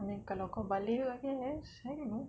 I mean kalau kau baligh I guess I don't know